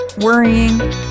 worrying